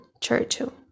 churchill